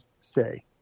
say